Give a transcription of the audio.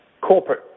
corporate